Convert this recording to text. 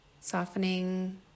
Softening